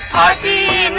id